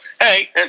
hey